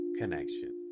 connection